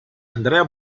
andrea